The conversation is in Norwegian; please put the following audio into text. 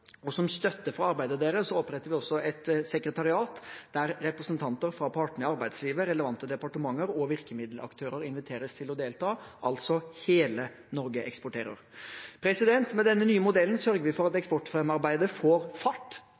og som støtte for arbeidet deres oppretter vi også et sekretariat der representanter fra partene i arbeidslivet, relevante departementer og virkemiddelaktører inviteres til å bidra, altså hele Norge eksporterer. Med denne nye modellen sørger vi for at eksportfremmearbeidet får fart,